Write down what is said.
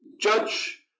judge